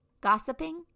Gossiping